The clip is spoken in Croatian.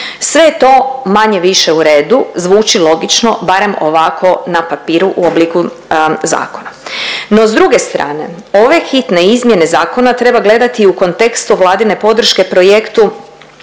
je to manje-više u redu, zvuči logično barem ovako na papiru u obliku zakona. No, s druge strane ove hitne izmjene zakona treba gledati u kontekstu Vladine podrške projektu